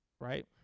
right